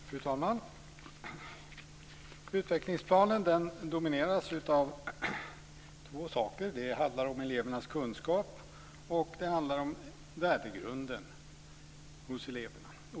Fru talman! Utvecklingsplanen domineras av två saker. Det handlar om elevernas kunskap, och det handlar om värdegrunden hos eleverna.